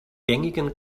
gängigen